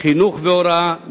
חינוך והוראה,